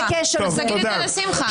תגיד את זה לשמחה.